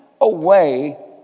away